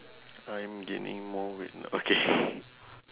I'm gaining more weight now okay